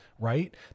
right